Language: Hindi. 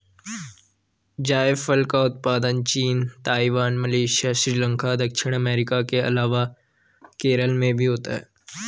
जायफल का उत्पादन चीन, ताइवान, मलेशिया, श्रीलंका, दक्षिण अमेरिका के अलावा केरल में भी होता है